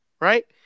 right